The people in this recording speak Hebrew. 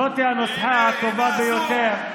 זו הנוסחה הטובה ביותר.